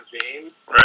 James